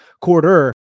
quarter